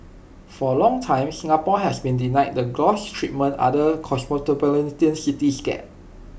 for A long time Singapore has been denied the gloss treatment other cosmopolitan cities get